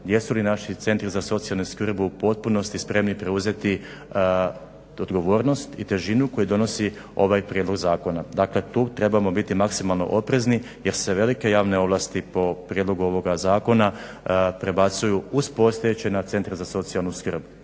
jesu li naši centri za socijalnu skrb u potpunosti spremni preuzeti odgovornost i težinu koju donosi ovaj prijedlog zakona. Dakle, tu trebamo biti maksimalno oprezni jer se velike javne ovlasti po prijedlogu ovoga zakona prebacuju uz postojeće na centre za socijalnu skrb.